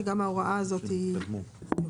שגם ההוראה הזאת יורדת.